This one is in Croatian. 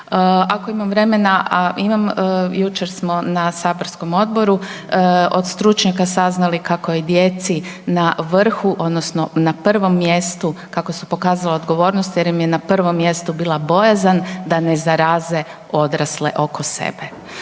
Ako imam vremena, a imam, jučer smo na saborskom odboru od stručnjaka saznali kako je djeci na vrhu odnosno na prvom mjestu, kako su pokazala odgovornost jer im je na prvom mjestu bila bojazan da ne zaraze odrasle oko sebe.